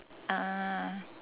ah